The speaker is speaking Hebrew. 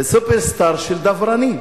זה "סופר סטאר" של דברנים.